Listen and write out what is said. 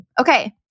Okay